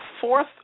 fourth